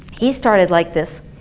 he started like this.